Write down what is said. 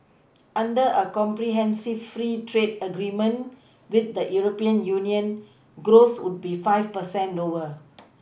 under a comprehensive free trade agreement with the European Union growth would be five percent lower